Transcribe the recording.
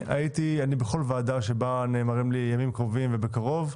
בכל ועדה בה נאמרים לי ימים קרובים ובקרוב,